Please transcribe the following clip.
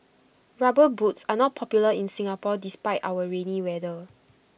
rubber boots are not popular in Singapore despite our rainy weather